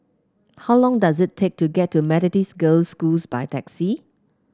how long does it take to get to Methodist Girls' School by taxi